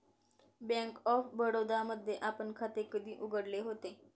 Bank of Baroda मध्ये आपण खाते कधी उघडले होते?